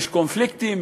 ויש קונפליקטים,